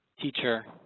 teacher,